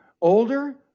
older